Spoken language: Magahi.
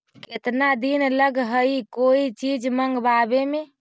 केतना दिन लगहइ कोई चीज मँगवावे में?